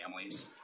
families